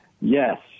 Yes